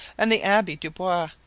and the abbe dubois,